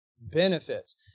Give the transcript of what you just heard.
benefits